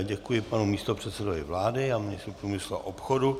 Děkuji panu místopředsedovi vlády a ministru průmyslu a obchodu.